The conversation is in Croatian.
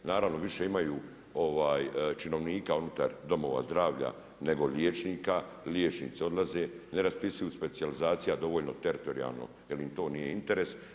Naravno više imaju činovnika unutar domova zdravlja nego liječnika, liječnici odlaze, ne raspisuju specijalizacija dovoljno teritorijalno jer im to nije interes.